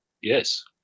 Yes